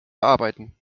arbeiten